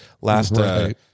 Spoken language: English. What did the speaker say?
last